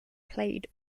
played